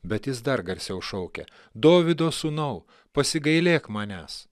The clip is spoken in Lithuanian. bet jis dar garsiau šaukia dovydo sūnau pasigailėk manęs